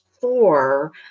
four